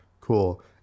cool